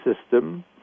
system